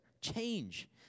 change